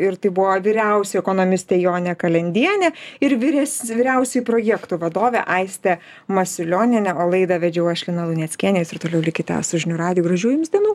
ir tai buvo vyriausio ekonomistė jonė kalendienė ir vyres vyriausioji projektų vadovė aistė masiulionienė o laidą vedžiau aš lina luneckienė o jųs ir toliau likite su žinių radiju gražių jums dienų